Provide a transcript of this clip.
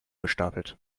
gestapelt